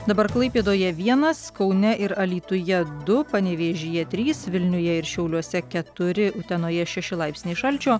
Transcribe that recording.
dabar klaipėdoje vienas kaune ir alytuje du panevėžyje trys vilniuje ir šiauliuose keturi utenoje šeši laipsniai šalčio